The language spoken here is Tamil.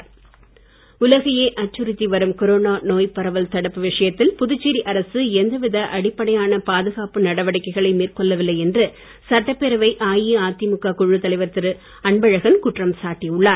அன்பழகன் உலகையே அச்சுறுத்தி வரும் கொரோனா நோய் பரவல் தடுப்பு விஷயத்தில் புதுச்சேரி அரசு எந்தவித அடிப்படையான பாதுகாப்பு நடவடிக்கைகளை மேற்கொள்ளவில்லை சரிவர செயல்படுத்தவில்லை என்று சட்டப்பேரவைத் அஇஅதிமுக குழுத் தலைவர் திரு அன்பழகன் குற்றம் சாட்டி உள்ளார்